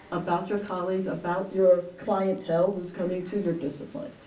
about your colleagues, about your clientele who's coming to your discipline.